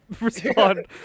respond